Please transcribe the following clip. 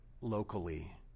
locally